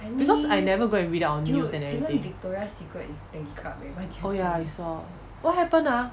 because I never go and read up on news and everything oh ya I saw what happened ah